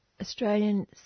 Australian